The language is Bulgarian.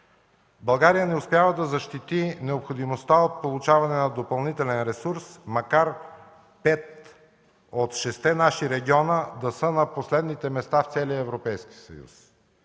България не успява да защити необходимостта от получаване на допълнителен ресурс, макар пет от шестте наши региони да са на последните места в целия Европейски съюз.